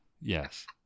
yes